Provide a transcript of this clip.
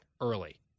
early